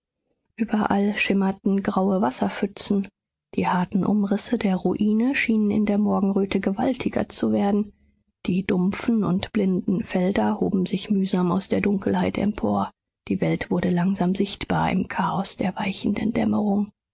überall schimmerten graue wasserpfützen die harten umrisse der ruine schienen in der morgenröte gewaltiger zu werden die dumpfen und blinden felder hoben sich mühsam aus der dunkelheit empor die welt wurde langsam sichtbar im chaos der weichenden dämmerung